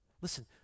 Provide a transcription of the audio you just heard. Listen